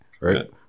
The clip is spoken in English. right